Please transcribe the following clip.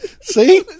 see